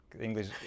English